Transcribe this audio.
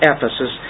Ephesus